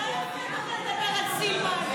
אותם אתה לא מוציא.